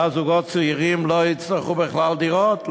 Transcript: ואז זוגות צעירים לא יצטרכו בכלל דירות,